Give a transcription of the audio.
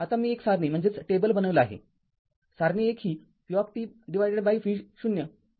आता मी एक सारणी बनविली आहे सारणी १ ही vv0 चे मूल्य दर्शविते